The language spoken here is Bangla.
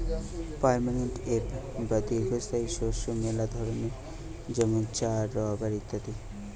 পার্মানেন্ট ক্রপ বা দীর্ঘস্থায়ী শস্য মেলা ধরণের যেমন চা, রাবার ইত্যাদি